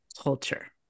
culture